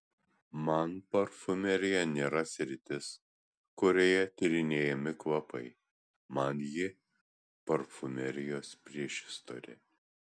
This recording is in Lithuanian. man parfumerija nėra sritis kurioje tyrinėjami kvapai man ji parfumerijos priešistorė